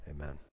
Amen